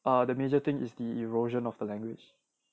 the major thing is the erosion of the language